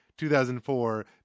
2004